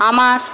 আমার